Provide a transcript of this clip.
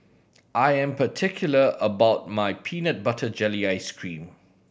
I am particular about my peanut butter jelly ice cream